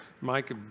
Mike